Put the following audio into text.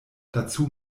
dazu